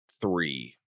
three